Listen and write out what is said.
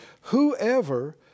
whoever